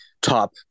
top